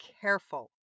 careful